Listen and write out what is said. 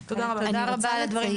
תודה רבה.